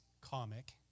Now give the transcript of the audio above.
comic